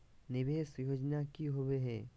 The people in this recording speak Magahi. निवेस योजना की होवे है?